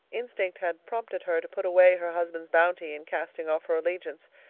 instinct had prompted her to put away her husband's bounty in casting off her allegiance.